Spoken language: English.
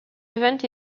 event